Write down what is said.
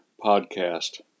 podcast